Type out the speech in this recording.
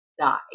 die